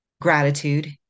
gratitude